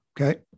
Okay